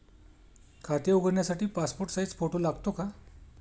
खाते उघडण्यासाठी passport size photo लागतो का?